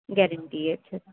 guarantee ہے اچھا سر